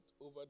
over